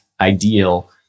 ideal